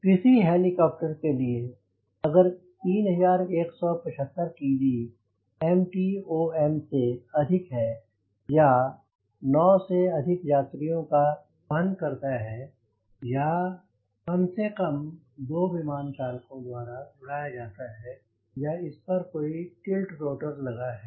किसी हेलिकाप्टर के लिए अगर 3175 kg MTOM से अधिक है या 9 से अधिक यात्रियों का वहां करता है या काम से काम दो विमान चालकों द्वारा उड़ाया जाता है या इस पर कोई टिल्ट रोटर लगा है